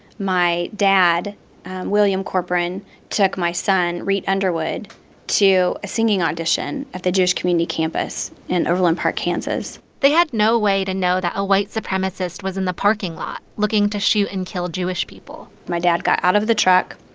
my dad william corporon took my son reat underwood to a singing audition at the jewish community campus in overland park, kan they had no way to know that a white supremacist was in the parking lot looking to shoot and kill jewish people my dad got out of the truck,